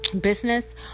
business